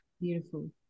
Beautiful